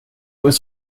was